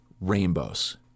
rainbows